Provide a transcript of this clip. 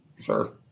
Sure